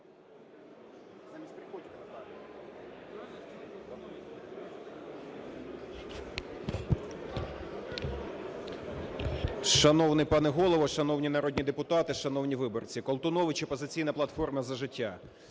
Шановний пане Голово, шановні народні депутати, шановні виборці. Колтунович, "Опозиційна платформа - За життя".